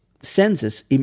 senses